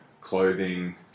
clothing